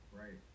right